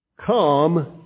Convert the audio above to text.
come